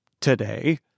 today